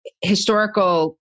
historical